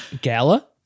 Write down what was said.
gala